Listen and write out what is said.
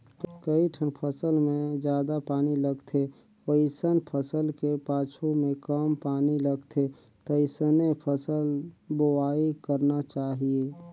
कइठन फसल मे जादा पानी लगथे वइसन फसल के पाछू में कम पानी लगथे तइसने फसल बोवाई करना चाहीये